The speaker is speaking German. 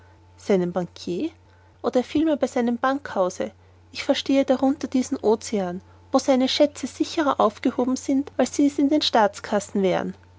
bankier oder vielmehr bei seinem bankhause ich verstehe darunter diesen ocean wo seine schätze sicherer aufgehoben sind als sie's in den